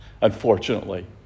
unfortunately